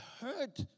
hurt